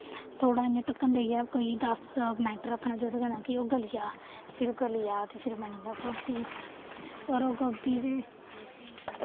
थोह्ड़ा इ'यां ढक्कन देइयै कोई दस मैंट रक्खना जेह्दे कन्नै कि ओह् गली जाऽ ते फिर गली गेआ ते फिर बनी जंदा गोभी होर गोभी ते